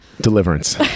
Deliverance